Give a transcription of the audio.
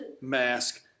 mask